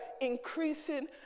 increasing